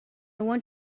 want